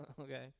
okay